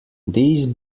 these